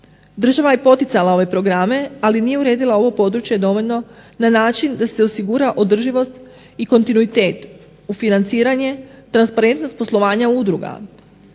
Država je poticala ove programe, ali nije uredila ovo područje dovoljno na način da se osigura održivost i kontinuitet u financiranje, transparentnost poslovanja udruga.